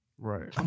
Right